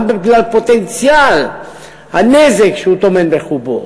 גם בגלל פוטנציאל הנזק שהוא טומן בחובו,